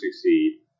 succeed